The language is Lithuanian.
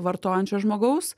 vartojančio žmogaus